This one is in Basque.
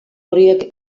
horiek